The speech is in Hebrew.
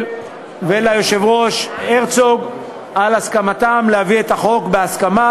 וליושב-ראש הרצוג על הסכמתם להביא את החוק בהסכמה,